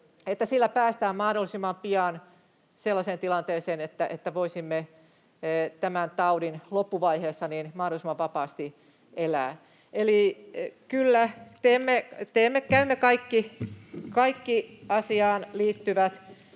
että niillä päästään mahdollisimman pian sellaiseen tilanteeseen, että voisimme tämän taudin loppuvaiheessa mahdollisimman vapaasti elää. Eli kyllä käymme kaikki asiaan liittyvät